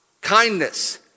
kindness